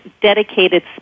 dedicated